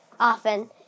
Often